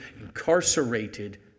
incarcerated